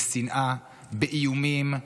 שנאה, איומים,